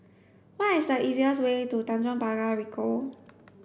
what is the easiest way to Tanjong Pagar Ricoh